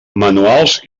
manuals